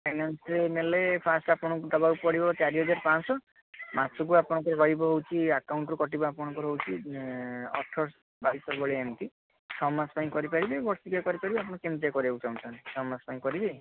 ଫାଇନାନ୍ସରେ ନେଲେ ଫାଷ୍ଟ ଆପଣଙ୍କୁ ଦେବାକୁ ପଡ଼ିବ ଚାରି ହଜାର ପାଞ୍ଚ ଶହ ମାସକୁ ଆପଣଙ୍କର ରହିବ ହଉଛି ଆକାଉଣ୍ଟରୁ କଟିବ ଆପଣଙ୍କର ହେଉଛି ଅଠର ଶହ ବାଇଶି ଶହ ଭଳିଆ ଏମତି ଛଅ ମାସ ପାଇଁ କରିପାରିବେ ବର୍ଷିକିଆ କରିପାରିବେ ଆପଣ କେମିତିକା କରିବାକୁ ଚାହୁଁଛନ୍ତି ଛଅ ମାସ ପାଇଁ କରିବେ